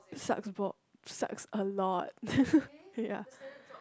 it sucks Bob sucks a lot ya